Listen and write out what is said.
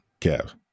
Kev